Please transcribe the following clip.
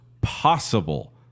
possible